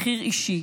מחיר אישי,